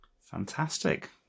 Fantastic